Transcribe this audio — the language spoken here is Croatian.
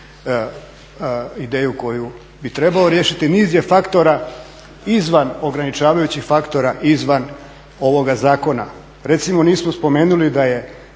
ideju koju bi trebalo riješiti. Niz je faktora izvan ograničavajućih faktora, izvan ovoga zakona. Recimo nismo spomenuli da je